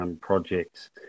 projects